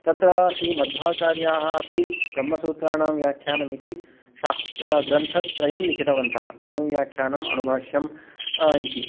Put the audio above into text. तत्र श्रीमध्वाचार्याः अपि ब्रह्मसूत्राणां वाख्यानमिति शास् ग्रन्थत्रयं लिखितवन्तः अणुव्याख्यानम् अणुभाष्यम् इति